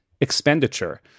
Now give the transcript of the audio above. expenditure